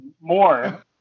more